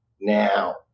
Now